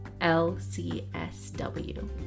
LCSW